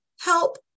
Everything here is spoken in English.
help